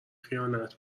خیانت